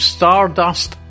Stardust